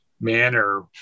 manner